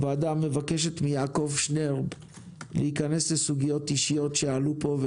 הוועדה מבקשת מיעקב שנרב להיכנס לסוגיות אישיות שעלו פה,